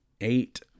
eight